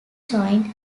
joined